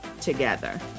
together